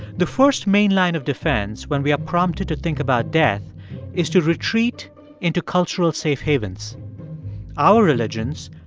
the first main line of defense when we are prompted to think about death is to retreat into cultural safe havens our religions,